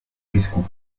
fiscaux